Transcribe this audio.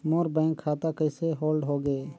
मोर bank खाता कइसे hold होगे?